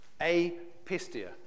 A-pistia